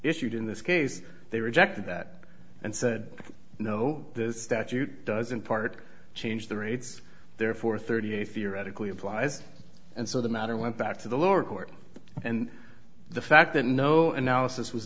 issued in this case they rejected that and said no this statute does in part change the rates there for thirty eight theoretically applies and so the matter went back to the lower court and the fact that no analysis was